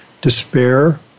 despair